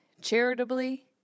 charitably